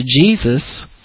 Jesus